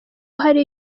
hari